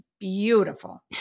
Beautiful